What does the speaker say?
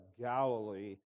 Galilee